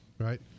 Right